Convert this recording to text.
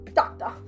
doctor